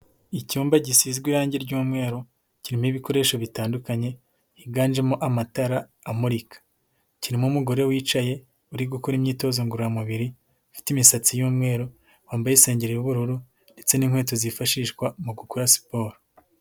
Icyumba gisizwe irangi ry'umweru, kirimo ibikoresho bitandukanye, higanjemo amatara amurika, kirimo umugore wicaye uri gukora imyitozo ngororamubiri, ufite imisatsi y'umweru, wambaye isengero y'ubururu ndetse n'inkweto zifashishwa mu gukora siporo.